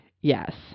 yes